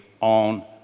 on